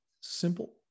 simple